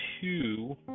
two